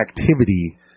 activity